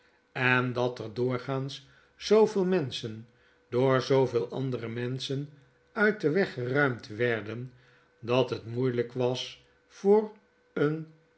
en dat er doorgaans zooveel menschen door zooveel andere menschen uit den weg geruimd werden dat het moeielijk was voor een